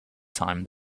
time